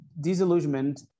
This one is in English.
disillusionment